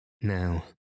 Now